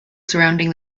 surrounding